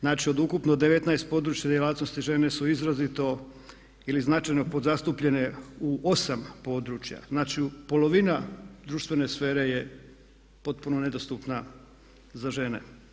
Znači od ukupno 19 područnih djelatnosti žene su izrazito ili značajno podzastupljene u 8 područja, znači polovina društvene sfere je potpuno nedostupna za žene.